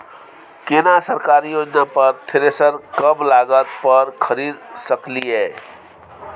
केना सरकारी योजना पर थ्रेसर कम लागत पर खरीद सकलिए?